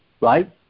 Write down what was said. right